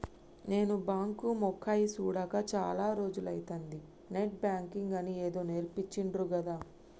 నేను బాంకు మొకేయ్ సూడక చాల రోజులైతంది, నెట్ బాంకింగ్ అని ఏదో నేర్పించిండ్రు గదా